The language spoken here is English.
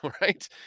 right